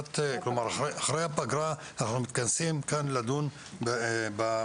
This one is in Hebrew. אחרי הפגרה אנחנו מתכנסים כאן לדון בחקיקה.